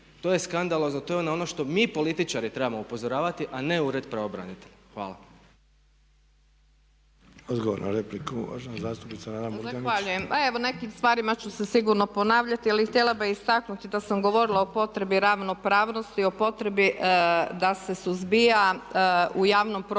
To je skandalozno, to je ono na što mi političari trebamo upozoravati a ne ured pravobranitelja.